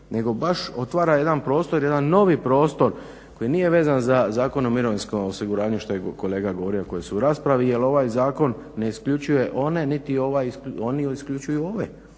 nego baš otvara jedan prostor, jedan novi prostor koji nije vezan za Zakon o mirovinskom osiguranju što je kolega govorio, koji su u raspravi. Jer ovaj zakon ne isključuje one niti ovaj, niti oni isključuju ove